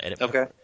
Okay